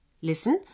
Listen